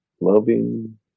loving